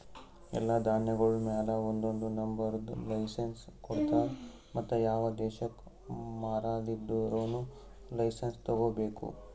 ಎಲ್ಲಾ ಧಾನ್ಯಗೊಳ್ ಮ್ಯಾಲ ಒಂದೊಂದು ನಂಬರದ್ ಲೈಸೆನ್ಸ್ ಕೊಡ್ತಾರ್ ಮತ್ತ ಯಾವ ದೇಶಕ್ ಮಾರಾದಿದ್ದರೂನು ಲೈಸೆನ್ಸ್ ತೋಗೊಬೇಕು